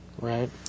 Right